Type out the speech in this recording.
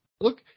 Look